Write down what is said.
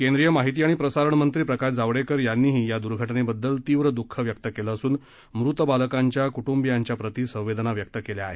केंद्रिय माहिती आणि प्रसारणमंत्री प्रकाश जावडेकर यांनीही या घटनेबददल तीव्र द्ःख व्यक्त केलं असून मृत बालकांच्या कृंटंबियाच्याप्रती संवेदना व्यक्त केल्या आहेत